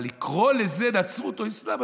אבל לקרוא לזה נצרות או אסלאם,